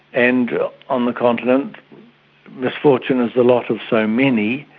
and on the continent misfortune is the lot of so many,